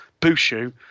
Bushu